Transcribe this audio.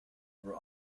were